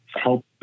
help